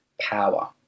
power